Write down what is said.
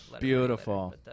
Beautiful